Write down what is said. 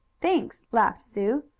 thanks, laughed sue.